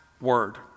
word